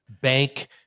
bank